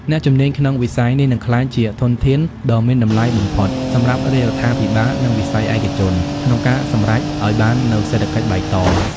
អ្នកជំនាញក្នុងវិស័យនេះនឹងក្លាយជាធនធានដ៏មានតម្លៃបំផុតសម្រាប់រាជរដ្ឋាភិបាល និងវិស័យឯកជន ក្នុងការសម្រេចឱ្យបាននូវសេដ្ឋកិច្ចបៃតង។